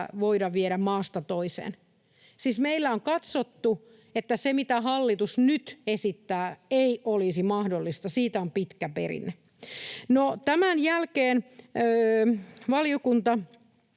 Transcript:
voida viedä maasta toiseen. Siis meillä on katsottu, että se, mitä hallitus nyt esittää, ei olisi mahdollista. Siitä on pitkä perinne. Tämän jälkeen valiokunta